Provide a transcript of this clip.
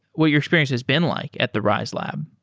what your experience has been like at the riselab?